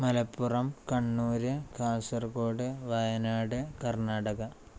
Malappuram Kannur Kasaragod Wayanad Karnataka